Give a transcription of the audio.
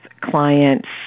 clients